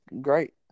great